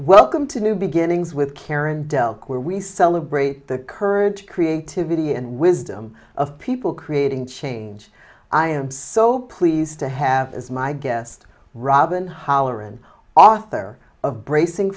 welcome to new beginnings with karen delk where we celebrate the courage creativity and wisdom of people creating change i am so pleased to have as my guest robin holleran author of bracing